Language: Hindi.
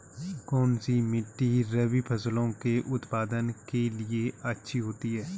कौनसी मिट्टी रबी फसलों के उत्पादन के लिए अच्छी होती है?